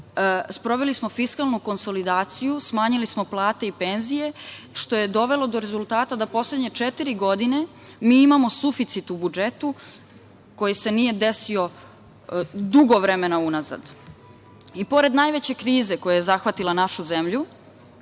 sproveli smo fiskalnu konsolidaciju, smanjili smo plate i penzije što je dovelo do rezultata da poslednje četiri godine mi imamo suficit u budžetu koji se nije desio dugo vremena unazad.I pored najveće krize koja je zahvatila našu zemlju,